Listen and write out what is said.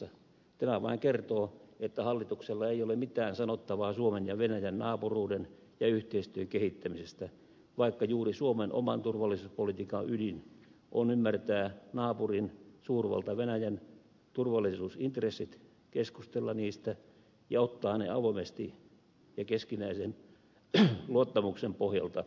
tämä vain kertoo sen että hallituksella ei ole mitään sanottavaa suomen ja venäjän naapuruuden ja yhteistyön kehittämisestä vaikka juuri suomen oman turvallisuuspolitiikan ydin on ymmärtää naapurin suurvalta venäjän turvallisuusintressit keskustella niistä ja ottaa ne avoimesti ja keskinäisen luottamuksen pohjalta huomioon